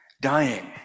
dying